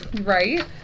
Right